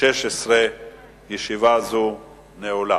נטען